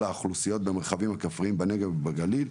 האוכלוסיות במרחבים הכפריים בנגב ובגליל,